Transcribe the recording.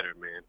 man